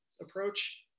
approach